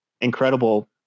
incredible